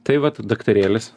tai vat daktarėlis